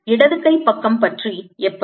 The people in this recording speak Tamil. இடது கை பக்கம் பற்றி எப்படி